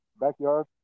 Backyard